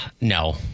No